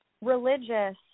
religious